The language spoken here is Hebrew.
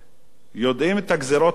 יודעים על הגזירות האלה,